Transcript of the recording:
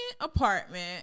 apartment